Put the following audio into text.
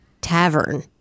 tavern